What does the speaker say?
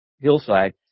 hillside